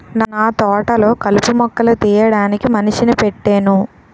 నాతోటలొ కలుపు మొక్కలు తీయడానికి మనిషిని పెట్టేను